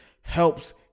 helps